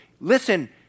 listen